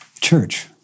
church